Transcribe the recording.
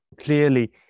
clearly